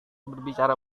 berbicara